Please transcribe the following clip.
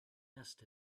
asked